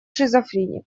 шизофреник